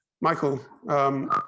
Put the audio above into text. Michael